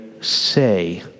say